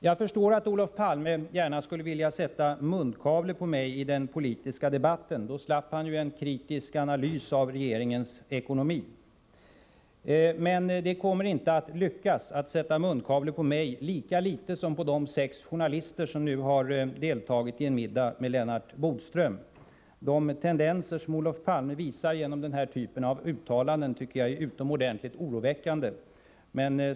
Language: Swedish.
Jag förstår att Olof Palme gärna skulle vilja sätta munkavle på mig i den politiska debatten — då slapp han ju en kritisk analys av regeringens ekonomiska politik. Men det kommer inte att lyckas att sätta munkavle på mig, lika litet som på de sex journalister som har deltagit i en middag med Lennart Bodström. De tendenser som Olof Palme visat genom den typen av uttalanden finner jag utomordentligt oroväckande.